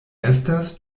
estas